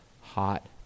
hot